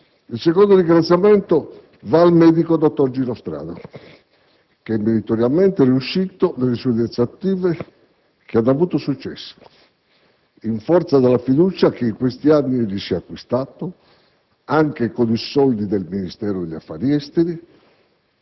Il secondo ringraziamento va al medico, dottor Gino Strada che è meritoriamente riuscito nelle sue iniziative che hanno avuto successo, in forza della fiducia che in questi anni egli si è acquistato (anche con i soldi del Ministero degli affari esteri),